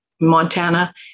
Montana